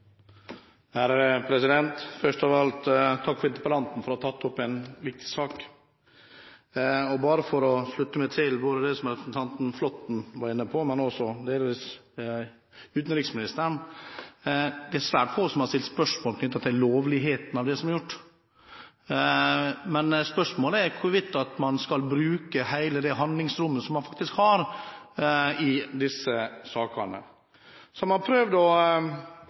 Først av alt: Takk til interpellanten for å ha tatt opp en viktig sak. For bare å slutte meg til det både representanten Flåtten og delvis også utenriksministeren var inne på: Det er svært få som har stilt spørsmål knyttet til lovligheten av det som er gjort, men spørsmålet er hvorvidt man skal bruke hele det handlingsrommet man faktisk har i disse sakene. Så har man prøvd å